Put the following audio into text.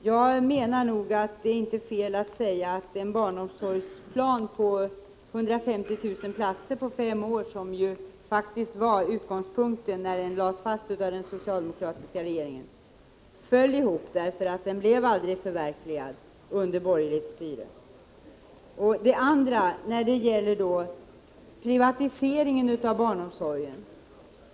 Jag menar att det inte är fel att säga att den barnomsorgsplan som omfattade en utbyggnad med 150 000 platser under fem år, vilket faktiskt var utgångspunkten när planen lades fast av den socialdemokratiska regeringen, föll ihop därför att den aldrig blev förverkligad under borgerligt styre. Den andra frågan gällde privatiseringen av barnomsorgen.